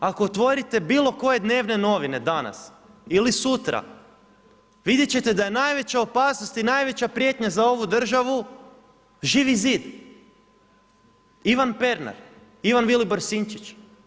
Ako otvorite bilo koje dnevne novine, danas ili sutra, vidjeti ćete da je najveća opasnost i najveća prijetnja za ovu državu Živi zid, Ivan Pernar, Ivan Vilibor Sinčić.